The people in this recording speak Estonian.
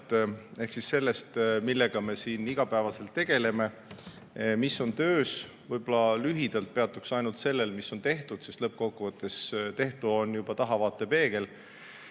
ehk sellest, millega me siin igapäevaselt tegeleme ja mis on töös. Võib-olla ainult lühidalt peatun sellel, mis on tehtud, sest lõppkokkuvõttes on tehtu juba tahavaatepeegel.